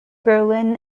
berlin